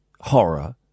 horror